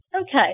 Okay